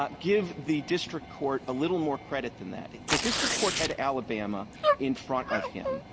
ah give the district court a little more credit than that. the district court had alabama in front of him.